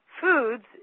foods